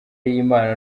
y’imana